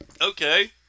okay